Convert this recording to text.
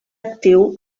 actiu